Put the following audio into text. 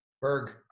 Berg